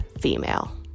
female